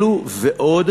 אלו ועוד,